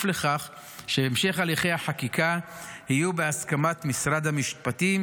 לכך שהמשך הליכי החקיקה יהיו בהסכמת משרד המשפטים